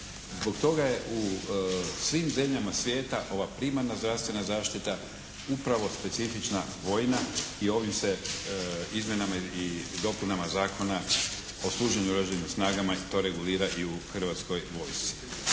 Zbog toga je u svim zemljama svijeta ova primarna zdravstvena zaštita upravo specifična vojna i ovim se izmjenama i dopunama Zakona o služenju u oružanim snagama to regulira i u Hrvatskoj vojsci.